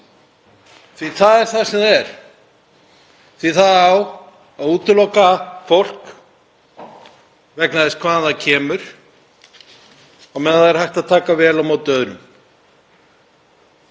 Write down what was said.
að það er það sem það er. Það á að útiloka fólk vegna þess hvaðan það kemur á meðan það er hægt að taka vel á móti öðrum.